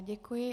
Děkuji.